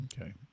Okay